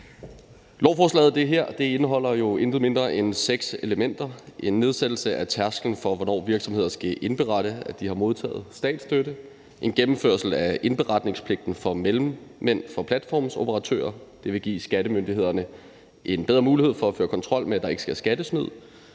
Lovforslaget her indeholder jo intet mindre end seks elementer. Der er en nedsættelse af tærsklen for, hvornår virksomheder skal indberette, at de har modtaget statsstøtte. Der er en gennemførsel af indberetningspligten for mellemmænd for platformsoperatører. Det vil give skattemyndighederne en bedre mulighed for at føre kontrol med, at der ikke sker skattesnyd.